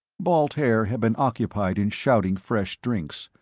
balt haer had been occupied in shouting fresh drinks.